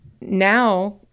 now